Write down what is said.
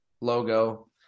logo